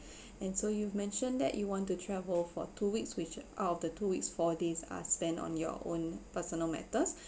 and so you've mentioned that you want to travel for two weeks which out of the two weeks four days are spent on your own personal matters